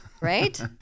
right